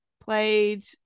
played